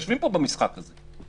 יושבים פה במשחק הזה.